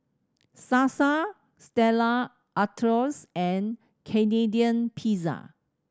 Sasa Stella Artois and Canadian Pizza